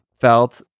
felt